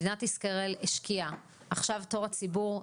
מדינת ישראל השקיעה ועכשיו תור הציבור,